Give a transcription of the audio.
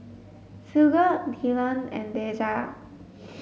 Sigurd Dillan and Deja